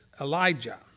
Elijah